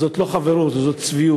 אז זאת לא חברות, זאת צביעות.